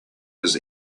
his